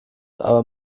aber